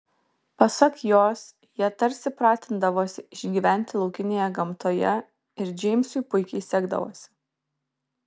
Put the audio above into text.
pasak jos jie tarsi pratindavosi išgyventi laukinėje gamtoje ir džeimsui puikiai sekdavosi